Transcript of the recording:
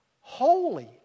holy